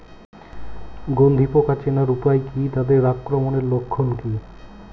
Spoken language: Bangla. গন্ধি পোকা চেনার উপায় কী তাদের আক্রমণের লক্ষণ কী?